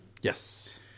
yes